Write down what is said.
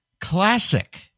classic